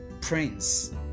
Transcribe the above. prince